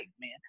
man